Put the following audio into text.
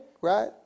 right